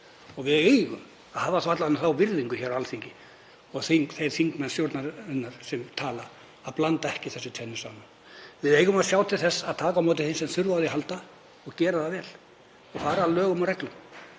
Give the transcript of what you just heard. Við eigum að sýna þá virðingu hér á Alþingi, þeir þingmenn stjórnarinnar sem tala, að blanda ekki þessu tvennu saman. Við eigum að sjá til þess að taka á móti þeim sem þurfa á því að halda og gera það vel og fara að lögum og reglum